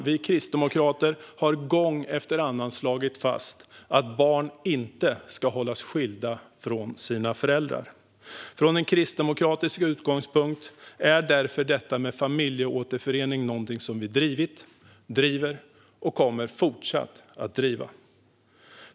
Vi kristdemokrater har gång efter annan slagit fast att barn inte ska hållas skilda från sina föräldrar. Från en kristdemokratisk utgångspunkt är därför detta med familjeåterförening någonting vi drivit, driver och kommer fortsätta att driva.